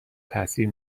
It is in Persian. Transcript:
تاثیر